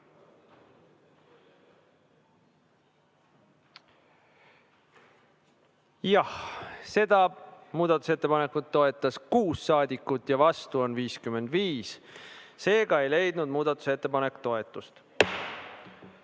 Jah, seda muudatusettepanekut toetas 6 saadikut ja vastu on 55. Seega ei leidnud muudatusettepanek toetust.11.